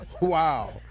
Wow